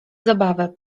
zabawę